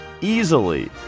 easily